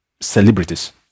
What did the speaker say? celebrities